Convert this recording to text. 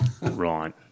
Right